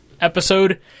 episode